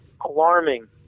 alarming